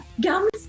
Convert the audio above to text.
gums